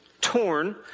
torn